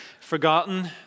forgotten